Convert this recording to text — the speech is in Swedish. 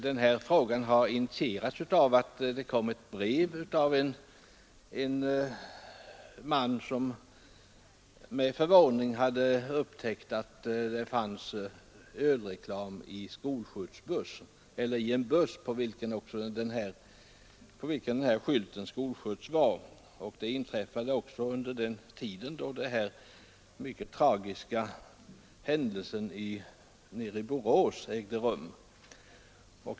Den här frågan har initierats av att det kom ett brev från en man som med förvåning hade upptäckt att det fanns ölreklam i en buss, på vilken också satt en skylt med beteckningen Skolskjuts. Detta inträffade också ungefär vid den tid då den mycket tragiska händelsen i Borås ägde rum.